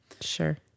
Sure